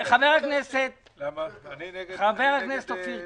חבר הכנסת אופיר כץ.